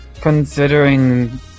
Considering